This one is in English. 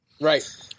right